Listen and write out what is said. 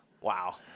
Wow